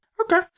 Okay